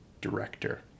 director